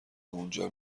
اونجا